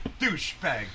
douchebag